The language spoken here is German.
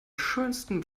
schönsten